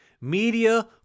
media